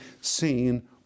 seen